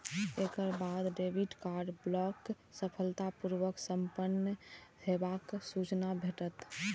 एकर बाद debit card block सफलतापूर्व संपन्न हेबाक सूचना भेटत